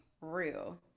real